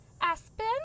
Aspen